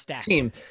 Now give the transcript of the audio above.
team